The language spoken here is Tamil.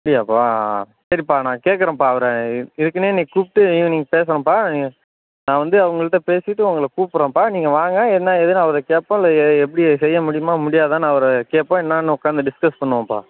அப்படியாப்பா சரிப்பா நான் கேட்குறேன்ப்பா அவரை இதற்குனே இன்னக்கு கூப்பிட்டு ஈவினிங் பேசுறேன்ப்பா நான் வந்து அவங்கள்ட்ட பேசிவிட்டு உங்களை கூப்பிட்றேன்ப்பா நீங்கள் வாங்க என்ன ஏதுன்னு அவரை கேட்போம் இல்லை ஏ எப்படி செய்ய முடியுமா முடியாதான்னு அவரை கேட்போம் என்னான்னு உட்காந்து டிஸ்கஸ் பண்ணுவோம்ப்பா